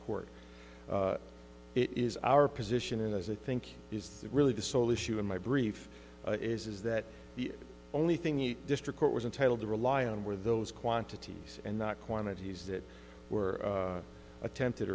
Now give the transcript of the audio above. court it is our position as i think is that really the sole issue in my brief is that the only thing you district court was entitled to rely on were those quantities and not quantities that were attempted